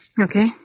Okay